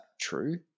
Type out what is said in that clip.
true